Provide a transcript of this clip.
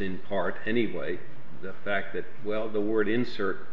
in part anyway the fact that the word insert